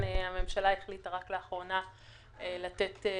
שהממשלה החליטה רק לאחרונה לתת.